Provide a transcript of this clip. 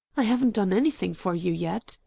i haven't done anything for you yet,